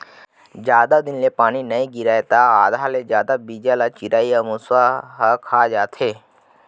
जादा दिन ले पानी नइ गिरय त आधा ले जादा बीजा ल चिरई अउ मूसवा ह खा जाथे